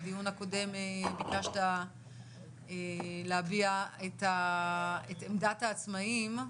בדיון הקודם ביקשת להביע את עמדת העצמאים.